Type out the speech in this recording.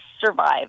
survive